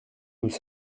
nous